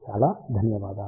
చాలా ధన్యవాదాలు